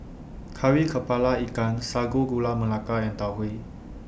Kari Kepala Ikan Sago Gula Melaka and Tau Huay